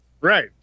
Right